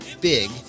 Big